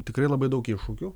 tikrai labai daug iššūkių